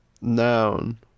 Noun